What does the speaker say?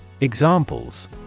Examples